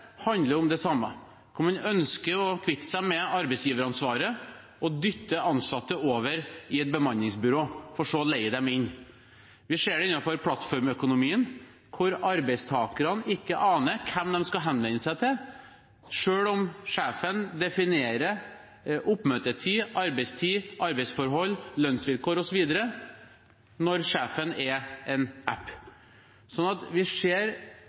handler om det samme: Man ønsker å kvitte seg med arbeidsgiveransvaret og dytte ansatte over i et bemanningsbyrå, for så å leie dem inn. Vi ser det innenfor plattformøkonomien, hvor arbeidstakerne ikke aner hvem de skal henvende seg til, selv om sjefen definerer oppmøtetid, arbeidstid, arbeidsforhold, lønnsvilkår osv. – når sjefen er en app. Så det vi ser